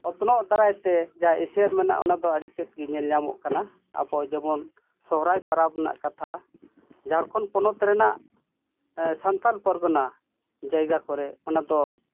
ᱚᱛᱱᱚᱜ ᱫᱟᱨᱟᱭ ᱛᱮ ᱡᱟᱦᱟᱸ ᱮᱥᱮᱨ ᱢᱮᱱᱟᱜ ᱚᱱᱟᱫᱚ ᱟᱹᱰᱤᱛᱮᱫ ᱜᱮ ᱧᱮᱞ ᱧᱟᱢᱚᱜ ᱠᱟᱱᱟ ᱟᱵᱚ ᱡᱮᱢᱚᱱ ᱥᱚᱦᱨᱟᱭ ᱯᱚᱨᱚᱵᱽ ᱨᱮᱱᱟᱜ ᱠᱟᱛᱷᱟ ᱡᱷᱟᱲᱠᱷᱚᱸᱰ ᱯᱚᱱᱚᱛ ᱨᱮᱱᱟᱜ ᱥᱟᱱᱛᱟᱲ ᱯᱚᱨᱜᱚᱱᱟ ᱡᱟᱭᱜᱟ ᱠᱚᱨᱮᱜ ᱚᱱᱟᱫᱚ